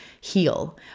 heal